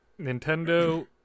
Nintendo